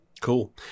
Cool